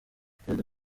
perezida